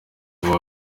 kuba